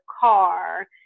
car